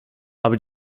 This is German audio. aber